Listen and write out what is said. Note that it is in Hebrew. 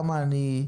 למה אני,